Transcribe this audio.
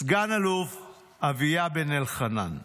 סגן אלוף אביה בן אלחנן.